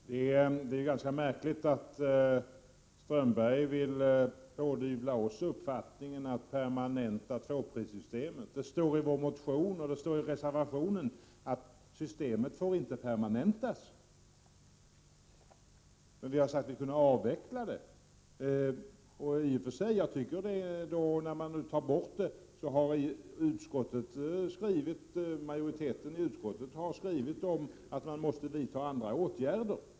Herr talman! Det är ganska märkligt att Håkan Strömberg vill pådyvla oss uppfattningen att tvåprissystemet skall permanentas. Vi har i vår reservation och motion sagt att systemet inte får permanentas. Vi har sagt att vi kunde avveckla det. Utskottsmajoriteten har skrivit att när man nu tar bort det måste man vidta andra åtgärder.